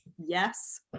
Yes